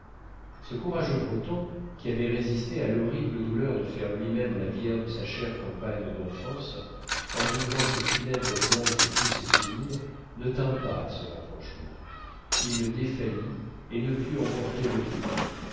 ce courageux breton qui avait résisté à l'horrible douleur de faire lui-même la bière de sa chère compagne d'enfance en doublant ces funèbres planches de tous ses souvenirs ne tint pas à ce rapprochement il défaillit et ne put emporter le plomb